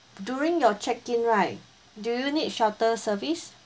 during your check in right do you need shuttle service